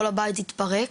כל הבית התפרק.